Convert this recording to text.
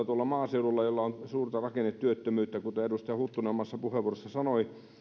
tuolla maaseudulla on suurta rakennetyöttömyyttä kuten edustaja huttunen omassa puheenvuorossaan sanoi